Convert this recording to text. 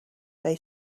they